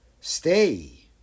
Stay